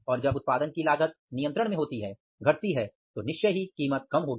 और जब उत्पादन की लागत नियंत्रण में होती है घटती है तो निश्चय ही कीमत कम होगी